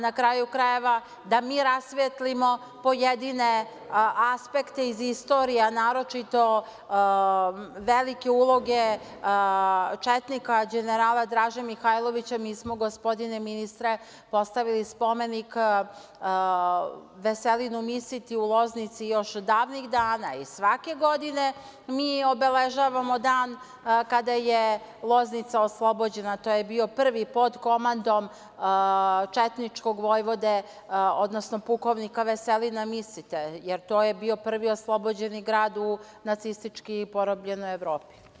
Na kraju krajeva, da mi rasvetlimo pojedine aspekte iz istorije, a naročito velike uloge četnika đenerala Draže Mihajlovića, mi smo, gospodine ministre, postavili spomenik Veselinu Misitu, u Loznici još od davnih dana i svake godine mi obeležavamo dan kada je Loznica oslobođena, to je bio prvi pod komandom četničkog vojvode, odnosno pukovnika Veselina Misite, jer to je bio prvi oslobođeni grad u nacistički porobljenoj Evropi.